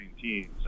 teams